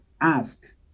ask